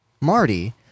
Marty